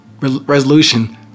resolution